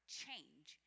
change